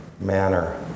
manner